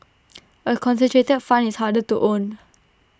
A concentrated fund is harder to own